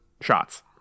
shots